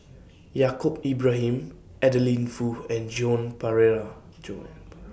Yaacob Ibrahim Adeline Foo and Joan Pereira Joan